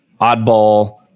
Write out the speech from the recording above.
Oddball